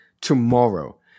Tomorrow